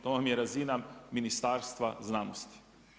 To vam je razina Ministarstva znanosti.